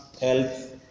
health